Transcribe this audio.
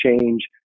change